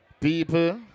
people